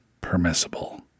permissible